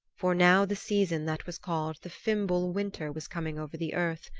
for now the season that was called the fimbul winter was coming over the earth,